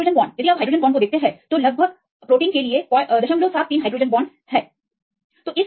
hydrogen bond आप एक hydrogen bond देख सकते हैं लगभग आप प्रोटीन के लिए 073 हाइड्रोजन बांड देख सकते हैं